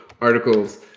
articles